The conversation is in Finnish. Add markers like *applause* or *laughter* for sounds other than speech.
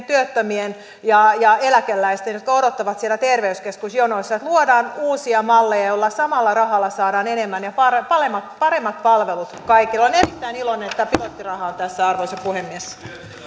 *unintelligible* työttömien ja ja eläkeläisten jotka odottavat siellä terveyskeskusjonoissa että luodaan uusia malleja jolloin samalla rahalla saadaan enemmän ja paremmat paremmat palvelut kaikkeen olen erittäin iloinen että pilottirahaa on tässä arvoisa puhemies